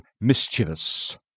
mischievous